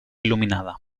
il·luminada